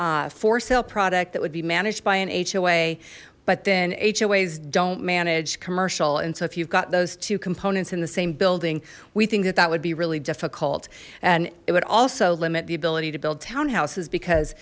have for sale product that would be managed by an hoa but then hoas don't manage commercial and so if you've got those two components in the same building we think that that would be really difficult and it would also limit the ability to build townhouses because